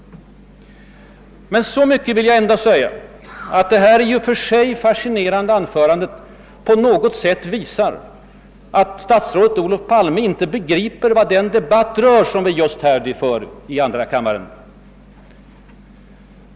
Så mycket vill jag ändå säga att detta i och för sig fascinerande anförande på något sätt visar att statsrådet Olof Palme inte begriper vad den debatt rör som vi just nu för i andra kammaren.